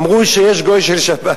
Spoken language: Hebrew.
אמרו שיש גוי של שבת.